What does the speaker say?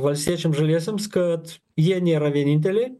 valstiečiams žaliesiems kad jie nėra vieninteliai